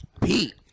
Pete